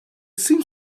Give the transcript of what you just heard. seemed